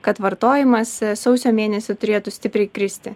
kad vartojimas sausio mėnesį turėtų stipriai kristi